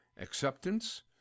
acceptance